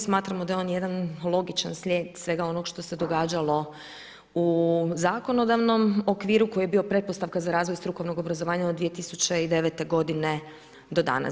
Smatramo da je on jedan logičan slijed svega onoga što se događalo u zakonodavnom okviru koji je bio pretpostavka za razvoj strukovnog obrazovanja od 2009. godine do danas.